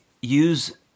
use